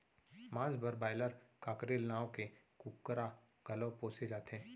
मांस बर broiler, cockerel नांव के कुकरा घलौ पोसे जाथे